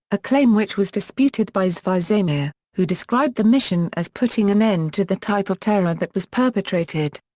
a claim which was disputed by zvi zamir, who described the mission as putting an end to the type of terror that was perpetrated.